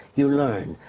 you learn.